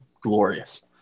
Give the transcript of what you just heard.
glorious